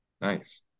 nice